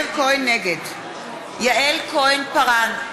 נגד יעל כהן-פארן,